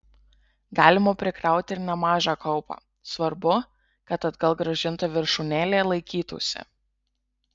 galima prikrauti ir nemažą kaupą svarbu kad atgal grąžinta viršūnėlė laikytųsi